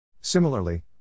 Similarly